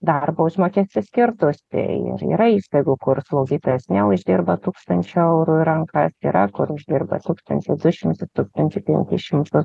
darbo užmokestis skirtųs spėju ir yra įstaigų kur slaugytojas neuždirba tūkstančio eurų į rankas yra kur uždirba tūkstantį du šimtus tūkstantį penkis šimtus